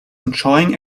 enjoying